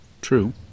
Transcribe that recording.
true